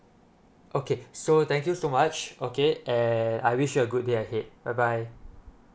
okay so thank you so much okay and I wish you good a good day ahead bye bye